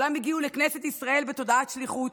כולם הגיעו לכנסת ישראל בתודעת שליחות,